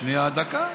שנייה, דקה.